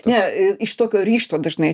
ne iš tokio ryžto dažnai